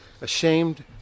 ashamed